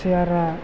सियारा